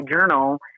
journal